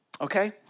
Okay